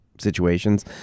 situations